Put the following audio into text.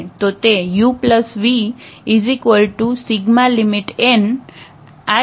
તો તે uvi1nλ1ivi ∈ span 𝑆 બનશે